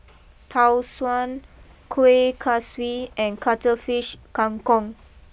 Tau Suan Kuih Kaswi and Cuttlefish Kang Kong